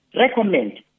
recommend